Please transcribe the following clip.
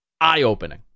Eye-opening